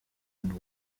and